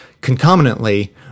Concomitantly